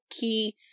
key